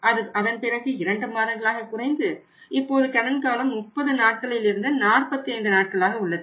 அது அதன்பிறகு 2 மாதங்களாக குறைந்து இப்போது கடன் காலம் 30 நாட்களில் இருந்து 45 நாட்களாக உள்ளது